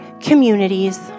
communities